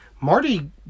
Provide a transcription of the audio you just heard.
Marty